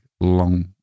long